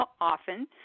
often